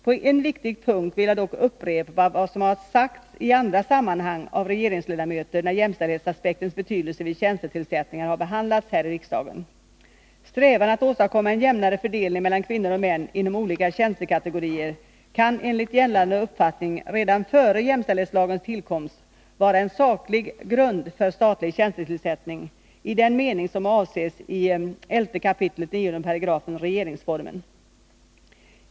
På en viktig punkt vill jag dock upprepa vad som har sagts i andra sammanhang av regeringsledamöter när jämställdhetsaspektens betydelse vid tjänstetillsättningar har behandlats här i riksdagen. Strävan att åstadkomma en jämnare fördelning mellan kvinnor och män inom olika tjänstekategorier kan enligt gällande uppfattning redan före jämställdhetslagens tillkomst vara en saklig grund för statlig tjänstetillsättning i den mening som avses i 11 kap. 9 § regeringsformen.